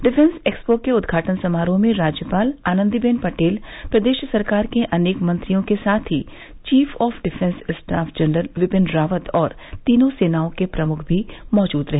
defence expo के उद्घाटन समारोह में राज्यपाल आनन्दीबेन पटेल प्रदेश सरकार के अनेक मंत्रियों के साथ ही chief of defence staff general Vipin Rawat और तीनों सेनाओं के प्रमुख भी मौजूद रहे